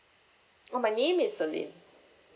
oh my name is celine